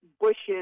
bushes